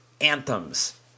anthems